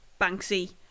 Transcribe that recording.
Banksy